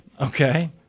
Okay